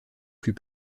plus